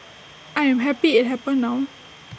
I am happy IT happened now